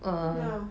ya